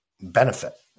benefit